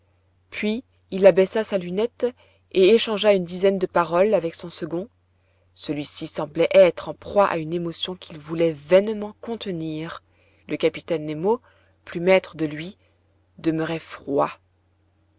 puis il abaissa sa lunette et échangea une dizaine de paroles avec son second celui-ci semblait être en proie à une émotion qu'il voulait vainement contenir le capitaine nemo plus maître de lui demeurait froid